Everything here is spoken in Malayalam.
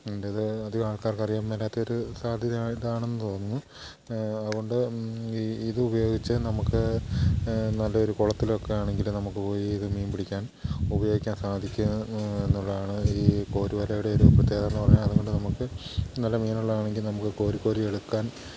ഇത് അധികം ആൾക്കാർക്ക് അറിയാൻ മേലാത്തൊരു സാധ്യത ആണെന്ന് തോന്നുന്നു അതുകൊണ്ട് ഈ ഇത് ഉപയോഗിച്ച് നമുക്ക് നല്ലൊരു കുളത്തിലൊക്കെ ആണെങ്കില് നമുക്ക് പോയി ഇത് മീൻ പിടിക്കാൻ ഉപയോഗിക്കാൻ സാധിക്കും എന്നുള്ളതാണ് ഈ കോര് വലയുടെ ഒരു പ്രത്യേകത എന്ന് പറഞ്ഞാൽ അതുകൊണ്ട് നമുക്ക് നല്ല മീനുകളാണെങ്കിൽ നമുക്ക് കോരി കോരി എടുക്കാൻ